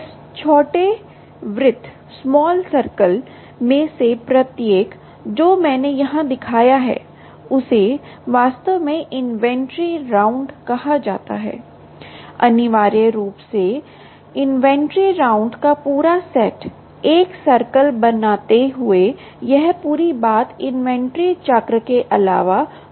इस छोटे वृत्त में से प्रत्येक जो मैंने यहां दिखाया है उसे वास्तव में इन्वेंट्री राउंड कहा जाता है अनिवार्य रूप से इन्वेंट्री राउंड का पूरा सेट एक सर्कल बनाते हुए यह पूरी बात इन्वेंट्री चक्र के अलावा कुछ भी नहीं है